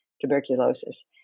tuberculosis